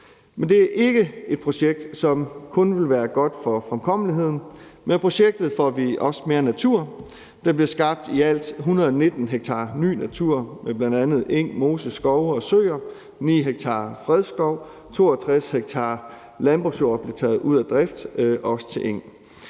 Men det er ikke et projekt, som kun vil være godt for fremkommeligheden. Med projektet får vi også mere natur. Der bliver skabt i alt 119 ha ny natur med bl.a. eng, mose, skove og søer og 9 ha fredskov, og 62 ha landbrugsjord bliver taget ud af drift til eng.